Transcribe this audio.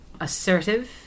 assertive